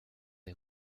des